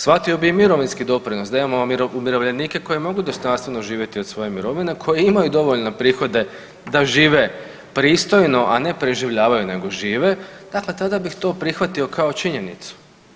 Shvatio bi i mirovinski doprinos da imamo umirovljenike koji mogu dostojanstveno živjeti od svoje mirovine koji imaju dovoljne prihode da žive pristojno, a ne preživljavaju nego žive, dakle tada bih to prihvatio kao činjenicu.